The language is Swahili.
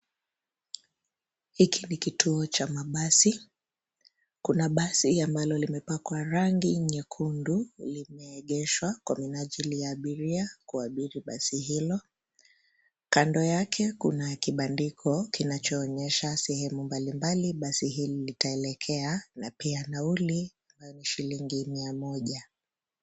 Hiki ni kituo cha mabasi. Kuna basi ambalo limepakwa rangi nyekundu, limeegeshwa kwa minajili ya abiria kuabiri basi hilo. Kando yake kuna kibandiko kinachoonyesha sehemu mbalimbali basi hili litaelekea na pia nauli ya shilingi mia moja.